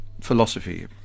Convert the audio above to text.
philosophy